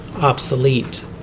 obsolete